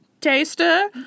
Taster